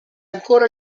ancora